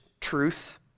truth